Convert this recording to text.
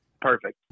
Perfect